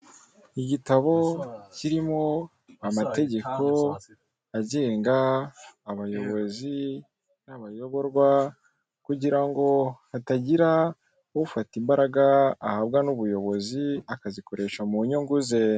Igitabo kirimo amategeko agenga abayobozi n'abayoborwa kugira ngo hatagira ufata imbaraga ahabwa n'ubuyobozi akazikoresha mu nyungu ze.